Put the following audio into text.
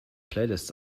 playlists